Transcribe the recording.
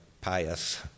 pious